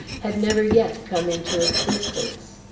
had never yet come into existence.